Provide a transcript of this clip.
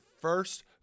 first